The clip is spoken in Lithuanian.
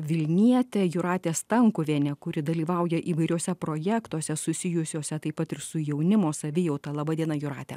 vilnietė jūratė stankuvienė kuri dalyvauja įvairiuose projektuose susijusiuose taip pat ir su jaunimo savijauta laba diena jūrate